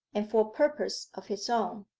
and for purposes of his own.